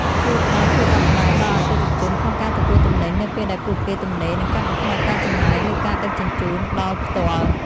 ជួយផ្តល់ភាពបត់បែនដល់អតិថិជនក្នុងការទទួលទំនិញនៅពេលដែលពួកគេទំនេរ និងកាត់បន្ថយការចំណាយលើការដឹកជញ្ជូនដល់ផ្ទាល់។